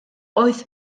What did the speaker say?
oedd